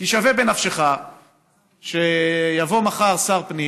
כי שווה בנפשך שיבוא מחר שר פנים